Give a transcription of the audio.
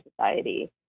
society